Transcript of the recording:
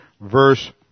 verse